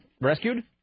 rescued